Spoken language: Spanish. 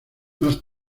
más